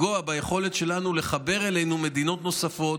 לפגוע ביכולת שלנו לחבר אלינו מדינות נוספות,